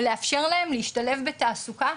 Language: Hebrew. ולאפשר להם להשתלב בתעסוקה,